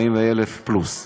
40,000 פלוס.